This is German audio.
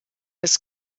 des